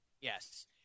Yes